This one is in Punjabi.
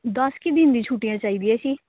ਦਸ ਕੁ ਦਿਨ ਦੀ ਛੁੱਟੀਆਂ ਚਾਹੀਦੀਆਂ ਸੀ